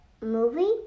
Movie